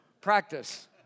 Practice